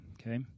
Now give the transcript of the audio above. okay